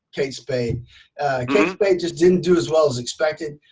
kate spade kate spade just didn't do as well as expected.